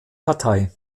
partei